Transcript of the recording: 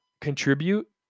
contribute